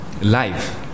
life